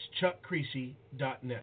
chuckcreasy.net